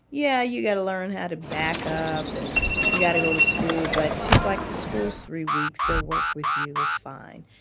yeah you got to learn how to back up and you got to go to school but she's like, the school's three weeks, they'll work with you. it's fine.